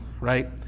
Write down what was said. right